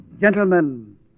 Gentlemen